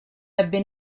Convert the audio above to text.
ebbe